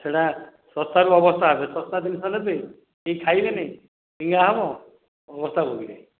ଆଉ ସେଇଟା ଶସ୍ତା ରୁ ଅବସ୍ଥା ଶସ୍ତା ଜିନିଷ ନେବେ କେହି ଖାଇବେ ନାହିଁ ଫିଙ୍ଗା ହେବ ଅବସ୍ଥା ଭୋଗିବେ